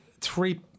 three